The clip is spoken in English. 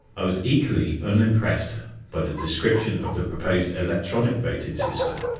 i was equally unimpressed by the description of the proposed electronic voting system.